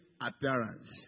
appearance